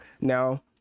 now